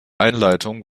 einleitung